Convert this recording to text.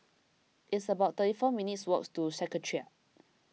it's about thirty four minutes' walk to Secretariat